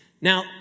Now